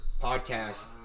podcast